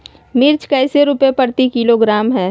मिर्च कैसे रुपए प्रति किलोग्राम है?